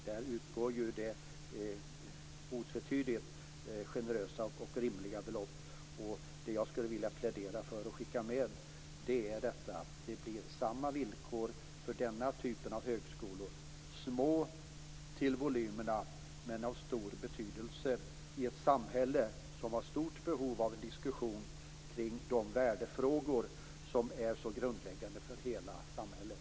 Där utgår det otvetydigt generösa och rimliga belopp. Det jag skulle vilja plädera för och skicka med är att det blir samma villkor för denna typ av högskolor, små till volymerna men av stor betydelse i ett samhälle som har stort behov av en diskussion kring de värdefrågor som är så grundläggande för hela samhället.